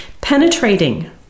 Penetrating